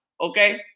okay